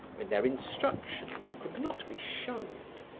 when their instruction could not be shunned,